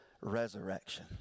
resurrection